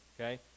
okay